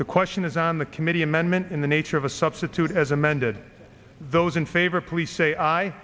the question is on the committee amendment in the nature of a substitute as amended those in favor please say